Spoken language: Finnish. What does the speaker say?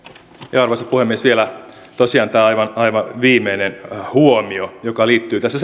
arvoisa puhemies vielä tosiaan tämä aivan viimeinen huomio joka liittyy tässä